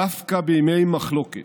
דווקא בימי מחלוקת,